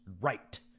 right